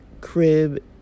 crib